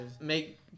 make